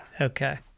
Okay